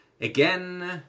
again